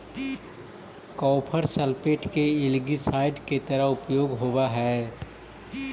copper sulphate के algicide के तरह उपयोग होवऽ हई